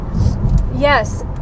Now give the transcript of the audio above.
yes